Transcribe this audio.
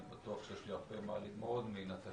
אני בטוח שיש לי הרבה מה ללמוד מנטלי,